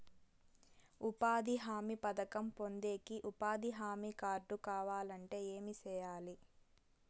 ఉపాధి హామీ పథకం పొందేకి ఉపాధి హామీ కార్డు కావాలంటే ఏమి సెయ్యాలి?